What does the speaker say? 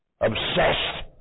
obsessed